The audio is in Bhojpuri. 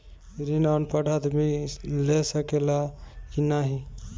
ऋण अनपढ़ आदमी ले सके ला की नाहीं?